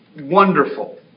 wonderful